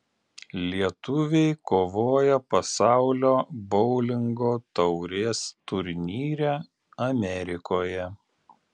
lietuviai kovoja pasaulio boulingo taurės turnyre amerikoje